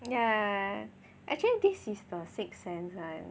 ya actually this is the sixth sense [one]